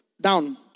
Down